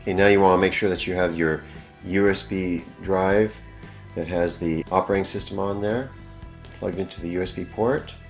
you know you want to make sure that you have your usb drive that has the operating system on there plug it into the usb port